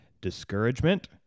discouragement